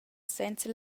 senza